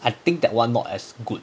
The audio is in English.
I think that [one] not as good